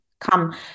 come